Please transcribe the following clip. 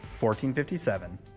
1457